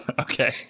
okay